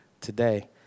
today